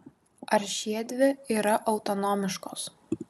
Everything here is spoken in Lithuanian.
ar šiedvi yra autonomiškos